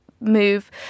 move